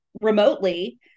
remotely